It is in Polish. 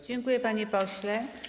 Dziękuję, panie pośle.